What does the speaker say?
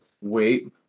wait